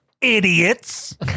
idiots